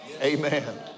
Amen